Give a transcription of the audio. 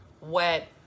wet